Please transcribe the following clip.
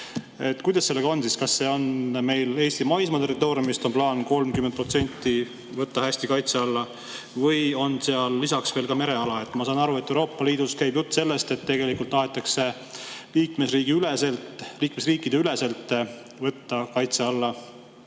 Kuidas sellega siis on – kas meil on plaan Eesti maismaa territooriumist 30% võtta hästi kaitse alla või on seal lisaks ka mereala? Ma saan aru, et Euroopa Liidus käib jutt sellest, et tahetakse liikmesriikide üleselt võtta kaitse alla 30%